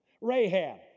Rahab